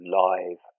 live